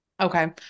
Okay